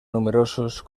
numerosos